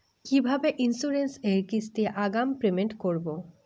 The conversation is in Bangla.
কিভাবে ইন্সুরেন্স এর কিস্তি আগাম পেমেন্ট করবো?